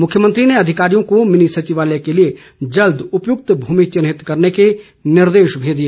मुख्यमंत्री ने अधिकारियों को भिनी सचिवालय के लिए जल्द उपयुक्त भूमि चिन्हित करने के निर्देश भी दिए